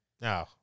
no